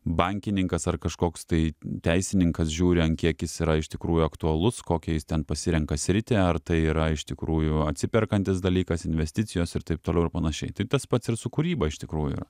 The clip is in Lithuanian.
bankininkas ar kažkoks tai teisininkas žiūri ant kiek jis yra iš tikrųjų aktualus kokią jis ten pasirenka sritį ar tai yra iš tikrųjų atsiperkantis dalykas investicijos ir taip toliau ir panašiai tai tas pats ir su kūryba iš tikrųjų